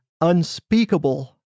unspeakable